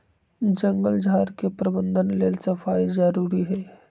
जङगल झार के प्रबंधन लेल सफाई जारुरी हइ